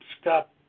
stop